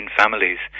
families